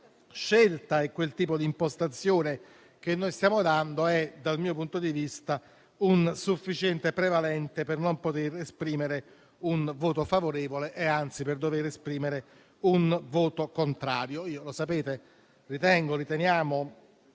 scelta e quel tipo di impostazione che stiamo dando, dal mio punto di vista, sono un sufficiente "prevalente" per non poter esprimere un voto favorevole e, anzi, per doverne esprimere uno contrario. Come sapete, ritengo - riteniamo